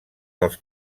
dels